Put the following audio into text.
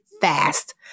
fast